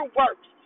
works